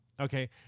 okay